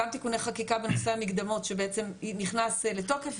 גם תיקוני חקיקה בנושא המקדמות שבעצם נכנס לתוקף,